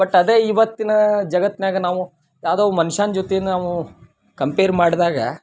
but ಅದೇ ಈವತ್ತಿನ ಜಗತ್ತಿನ್ಯಾಗ ನಾವು ಯಾವುದೋ ಒಬ್ಬ ಮನ್ಷನ ಜೊತೆ ನಾವು ಕಂಪೇರ್ ಮಾಡಿದಾಗ